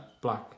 Black